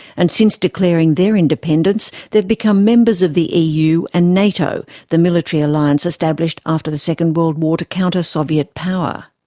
and since declaring their independence they've become members of the eu and nato, the military alliance established after the second world war to counter soviet power.